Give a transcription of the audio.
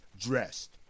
dressed